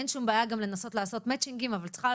אין שום בעיה גם לנסות לעשות מאטצ'ינגים אבל צריכה